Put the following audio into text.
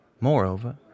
Moreover